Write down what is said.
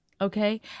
okay